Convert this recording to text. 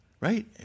Right